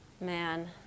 man